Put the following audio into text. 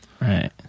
Right